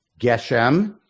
Geshem